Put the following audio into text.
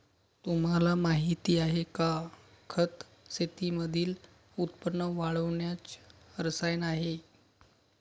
तुम्हाला माहिती आहे का? खत शेतीमधील उत्पन्न वाढवण्याच रसायन आहे